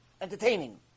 entertaining